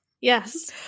Yes